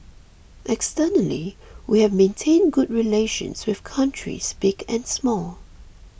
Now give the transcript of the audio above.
externally we have maintained good relations with countries big and small